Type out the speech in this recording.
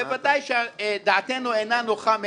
בוודאי שדעתנו אינה נוחה מהם.